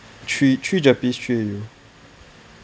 three three GERPE three A_U